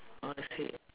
I see